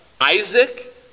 Isaac